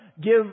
give